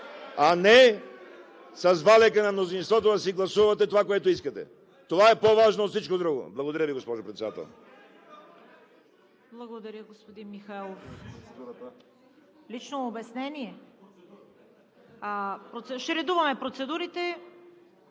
а не с валяка на мнозинството да си гласувате това, което искате. Това е по-важно от всичко друго. Благодаря Ви, госпожо Председател.